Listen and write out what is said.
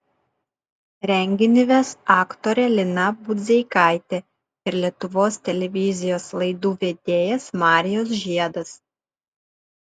renginį ves aktorė lina budzeikaitė ir lietuvos televizijos laidų vedėjas marijus žiedas